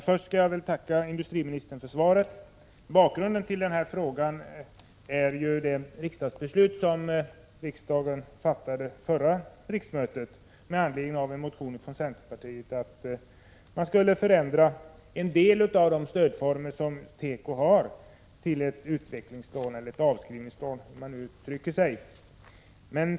Först skall jag tacka industriministern för svaret. Bakgrunden till frågan är det beslut som riksdagen fattade vid förra riksmötet med anledning av en motion från centerpartiet om att man skall förändra en del av stödformerna för teko till ett utvecklingslån eller avskrivningslån, hur man nu uttrycker sig.